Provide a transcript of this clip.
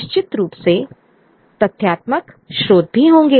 निश्चित रूप से तथ्यात्मक स्रोत भी होंगे